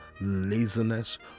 laziness